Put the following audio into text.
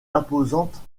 imposante